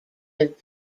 have